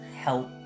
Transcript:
help